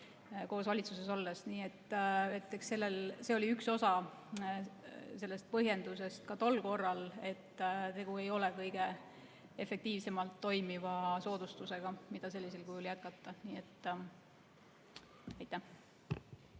koos valitsuses olles. See oli üks osa sellest põhjendusest ka tol korral, et tegu ei ole kõige efektiivsemalt toimiva soodustusega, mida sellisel kujul tuleks jätkata. Martin